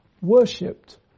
worshipped